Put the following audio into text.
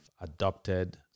adopted